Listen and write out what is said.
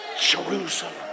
Jerusalem